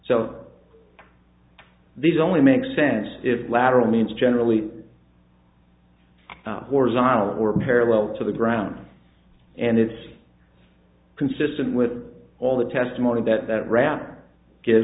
so these only makes sense if lateral means generally horizontal or parallel to the ground and it's consistent with all the testimony that that rather give